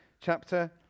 chapter